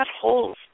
holes